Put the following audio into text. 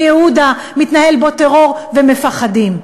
מתנהל בשוק מחנה-יהודה טרור, ומפחדים.